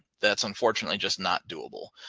that's unfortunately just not doable.